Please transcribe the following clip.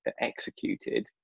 executed